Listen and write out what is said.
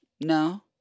no